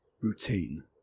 Routine